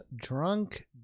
drunk